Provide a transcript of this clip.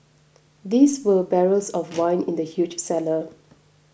these were barrels of wine in the huge cellar